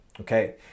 Okay